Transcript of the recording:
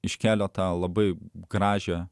iš kelio tą labai gražią